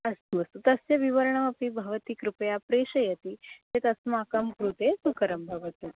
अस्तु अस्तु तस्य विवरणमपि भवति कृपया प्रेषयति चेतस्माकं कृते सुकरं भवति